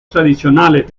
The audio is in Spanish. tradicionales